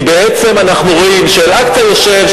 כי בעצם אנחנו רואים שאל-אקצא יושב,